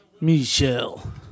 Michelle